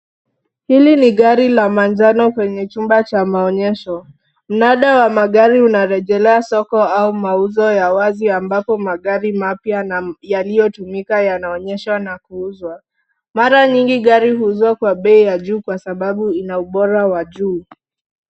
Hili ni gari la manjano kwenye chumba cha maonyesho. Mnada wa magari unarejelea soko au mauzo ya wazi ambapo magari mapya na yaliyotumika yanaonyeshwa na kuuzwa. Mara nyingi gari huuzwa kwa bei ya juu kwa sababu ina ubora wa juu.